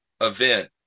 event